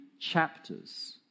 chapters